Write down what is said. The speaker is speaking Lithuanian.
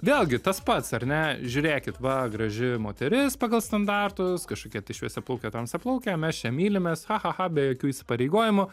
vėlgi tas pats ar ne žiūrėkit va graži moteris pagal standartus kažkokia tai šviesiaplaukė tamsiaplaukė mes čia mylimės ha ha ha be jokių įsipareigojimų